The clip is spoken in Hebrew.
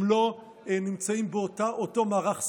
הם לא נמצאים באותו מערך זכויות.